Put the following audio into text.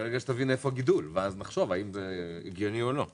ברגע שתבין היכן הגידול נחשוב האם זה הגיוני או לא.